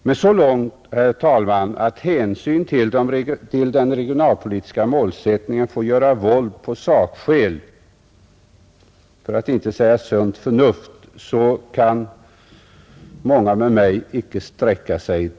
Men så långt, herr talman, att man av hänsyn till den regionalpolitiska målsättningen får göra våld för sakskäl, för att inte säga sunt förnuft, kan många med mig icke sträcka sig.